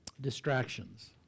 distractions